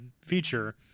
feature